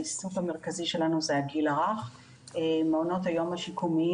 העיסוק המרכזי שלנו זה הגיל הרך ומעונות היום השיקומיים.